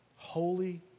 holy